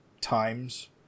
times